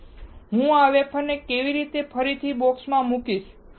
તેથી હું આ વેફરને ફરીથી બોક્સ માં મૂકીશ